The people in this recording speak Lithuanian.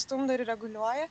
stumdo ir reguliuoja